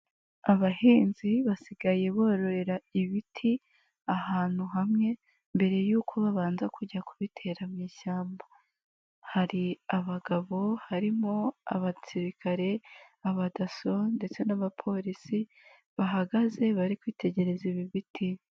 Abahinzi basigaye bororera ibiti ahantu hamwe, mbere yuko babanza kujya kubitera mu ishyamba, hari abagabo harimo abasirikare, aba DASSO ndetse n'abapolisi, bahagaze bari kwitegereza ibi biti.